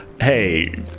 hey